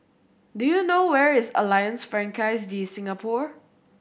do you know where is Alliance Francaise De Singapour